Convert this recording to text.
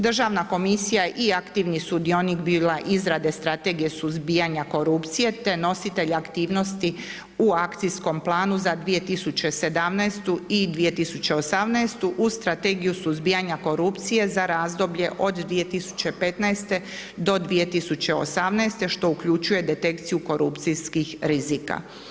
Državna komisija i aktivni sudionik bila izrade strategije suzbijanja korupcije, te nositelj aktivnosti u akcijskom planu za 2017. i 2018. uz strategiju suzbijanja korupcije za razdoblje od 2015.-2018. što uključuje detekciju korupcijskih rizika.